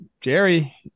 Jerry